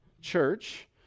church